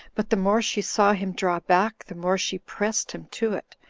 but the more she saw him draw back, the more she pressed him to it,